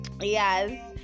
yes